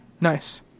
Nice